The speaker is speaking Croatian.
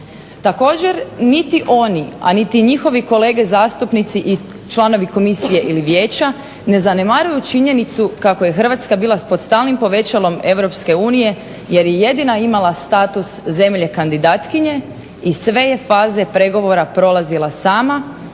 Također niti oni, a niti njihovi kolege zastupnici ili članovi komisije ili vijeća ne zanemaruju činjenicu kako je Hrvatska bila pod stalnim povećalom Europske unije jer je jedina imala status zemlje kandidatkinje i sve je faze pregovora prolazila sama